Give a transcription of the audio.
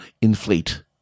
inflate